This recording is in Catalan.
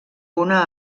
una